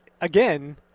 again